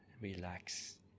relax